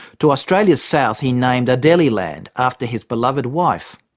to australia's south he named adelie land after his beloved wife.